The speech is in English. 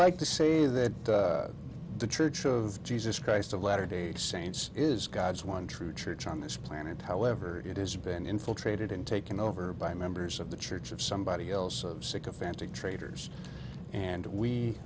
like to say that the church of jesus christ of latter day saints is god's one true church on this planet however it has been infiltrated and taken over by members of the church of somebody else sycophantic traitors and we